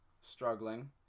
struggling